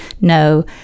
no